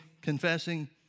confessing